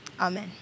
Amen